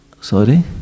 Sorry